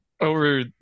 over